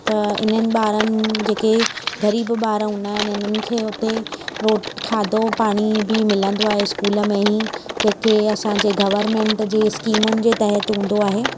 त इन्हनि ॿारनि जेके ग़रीबु ॿार हुंदा आहिनि उन्हनि खे उते रोटी खाधो पाणी बि मिलंदो आहे स्कूल में ई जो की असांजे गवरमेंट जे स्किमुनि जे तहत हूंदो आहे